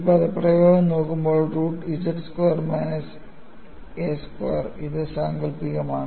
ഈ പദപ്രയോഗം നോക്കുമ്പോൾ root Z square minus a square ഇത് സാങ്കൽപ്പികമാണ്